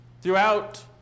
Throughout